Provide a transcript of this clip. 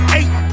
eight